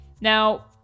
Now